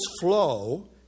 flow